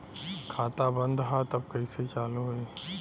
खाता बंद ह तब कईसे चालू होई?